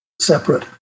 separate